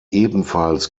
ebenfalls